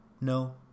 no